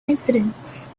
incidents